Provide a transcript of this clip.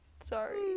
sorry